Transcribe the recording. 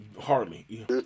Hardly